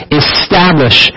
establish